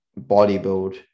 bodybuild